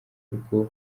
rwo